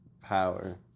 Power